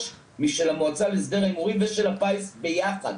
משל המועצה להסדר ההימורים ושל הפיס ביחד.